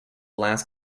last